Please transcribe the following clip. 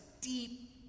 deep